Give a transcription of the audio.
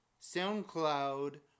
SoundCloud